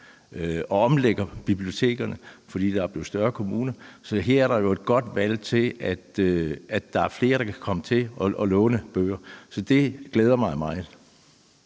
og omlægger bibliotekerne, fordi kommunerne er blevet større, så her er der jo en god mulighed for, at flere kan komme til at låne bøger. Så det glæder mig meget.